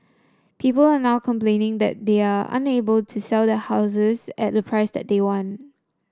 people are now complaining that they are unable to sell their houses at the price that they want